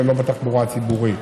שהם לא בתחבורה הציבורית.